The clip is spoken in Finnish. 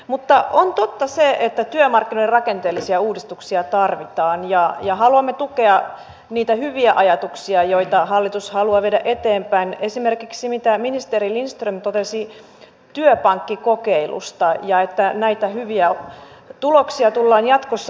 mutta on totta se että työmarkkinoiden rakenteellisia uudistuksia tarvitaan ja haluamme tukea niitä hyviä ajatuksia joita hallitus haluaa viedä eteenpäin esimerkiksi sitä mitä ministeri lindström totesi työpankkikokeilusta ja siitä että näitä hyviä tuloksia tullaan jatkossa käyttämään